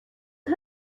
cas